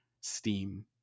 steam